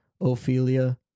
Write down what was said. Ophelia